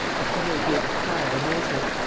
achille gave a cry of amazement.